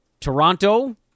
Toronto